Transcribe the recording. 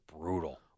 brutal